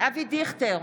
אבי דיכטר,